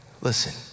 Listen